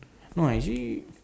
no actually